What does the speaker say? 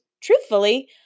Truthfully